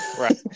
right